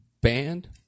banned